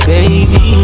Baby